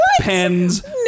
pens